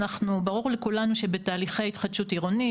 ברור לכולנו שבתהליכי התחדשות עירונית,